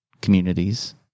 communities